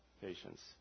patients